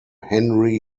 henry